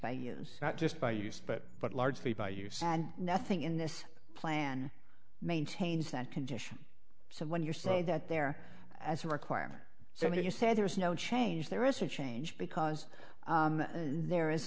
by use not just by use but but largely by use and nothing in this plan maintains that condition so when you're say that there as a requirement so you say there is no change there is a change because there is